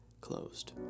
closed